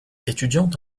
étudiant